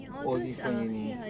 oh different uni